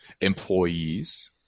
employees